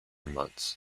months